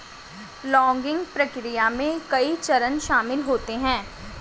logging प्रक्रिया में कई चरण शामिल होते है